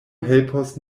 helpos